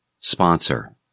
Sponsor